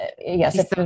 yes